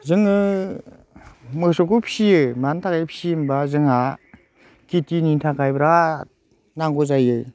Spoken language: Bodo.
जोङो मोसौखौ फियो मानो थाखाय फियो होमब्ला जोंहा खिथिनि थाखाय बिराद नांगौ जायो